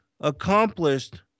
accomplished